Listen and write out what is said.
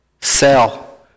sell